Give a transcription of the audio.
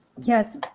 Yes